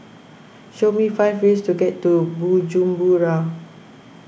show me five ways to get to Bujumbura